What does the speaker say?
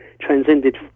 transcended